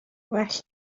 well